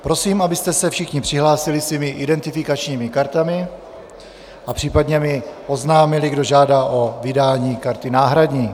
Prosím, abyste se všichni přihlásili svými identifikačními kartami a případně mi oznámili, kdo žádá o vydání karty náhradní.